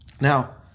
Now